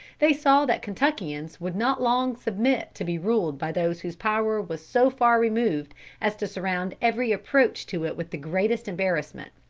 they saw that kentuckians would not long submit to be ruled by those whose power was so far removed as to surround every approach to it with the greatest embarrassment.